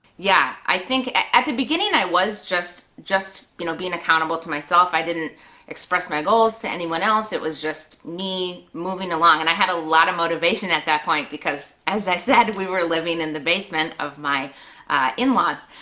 yeah, i think at the beginning i was just just you know being accountable to myself, i didn't express my goals to anyone else, it was just me moving along, and i had a lot of motivation at that point because as i said, we were living in the basement of my in-laws.